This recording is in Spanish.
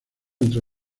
entre